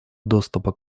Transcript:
доступа